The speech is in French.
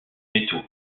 métaux